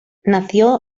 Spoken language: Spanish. nació